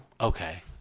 okay